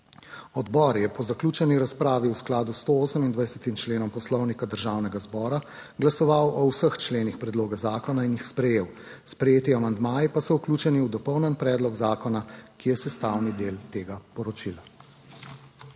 Odbor je po zaključeni razpravi v skladu s 128. členom Poslovnika Državnega zbora glasoval o vseh členih predloga zakona in jih sprejel, sprejeti amandmaji pa so vključeni v dopolnjen predlog zakona, ki je sestavni del tega poročila.